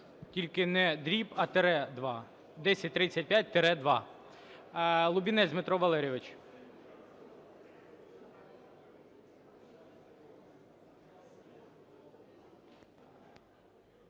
Тільки не дріб, а тире два. 1035-2. Лубінець Дмитро Валерійович.